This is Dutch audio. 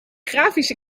grafische